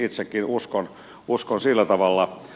itsekin uskon sillä tavalla